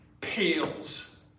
pales